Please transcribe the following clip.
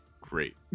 great